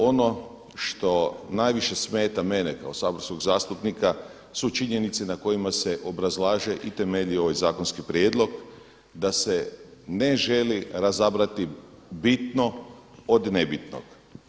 Ono što najviše smeta mene kao saborskog zastupnika su činjenice na kojima se obrazlaže i temelji ovaj zakonski prijedlog da se ne želi razabrati bitno od nebitnog.